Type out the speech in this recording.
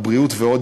הבריאות ועוד,